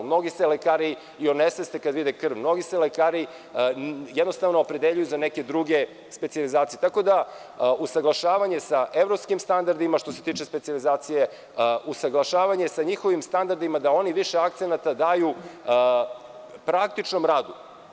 Mnogi se lekari i onesveste kada vide krv, mnogi se lekari jednostavno opredeljuju za neke druge specijalizacije, tako da usaglašavanje sa evropskim standardima što se tiče specijalizacije, usaglašavanje njihovim standardima, da oni više akcenata daju praktičnom radu.